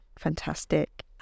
Fantastic